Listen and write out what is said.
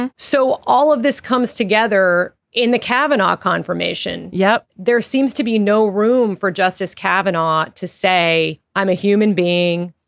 and so all of this comes together in the cabinet confirmation. yep there seems to be no room for justice cabinet to say i'm a human being.